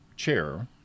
Chair